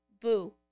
boo